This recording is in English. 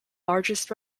largest